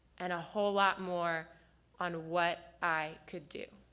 and a whole lot more on what i could do.